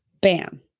bam